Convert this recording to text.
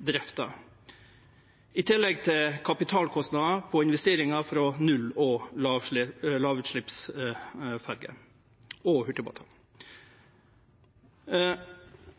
drifta, i tillegg til kapitalkostnadar på investeringar frå null- og lågutsleppsferjer og hurtigbåtar.